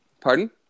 Pardon